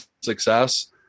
success